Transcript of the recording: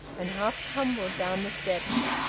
and half tumbled down the steps,